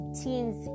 teens